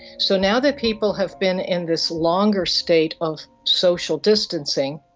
so now that people have been in this longer state of social distancing,